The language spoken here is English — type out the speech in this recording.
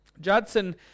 Judson